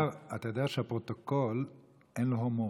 יזהר, אתה יודע שהפרוטוקול, אין לו הומור.